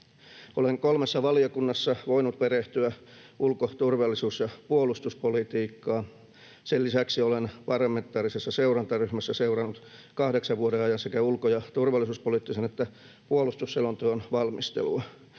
Olen kolmessa valiokunnassa voinut perehtyä ulko-, turvallisuus- ja puolustuspolitiikkaan. Sen lisäksi olen parlamentaarisessa seurantaryhmässä seurannut kahdeksan vuoden ajan sekä ulko- ja turvallisuuspoliittisen että puolustusselonteon valmistelua,